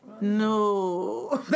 No